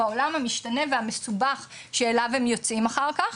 בעולם המשתנה והמסובך שאליו הם יוצאים אחר כך.